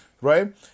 right